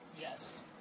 Yes